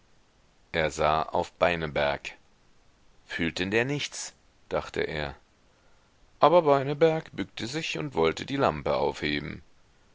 er sah auf beineberg fühlt denn der nichts dachte er aber beineberg bückte sich und wollte die lampe aufheben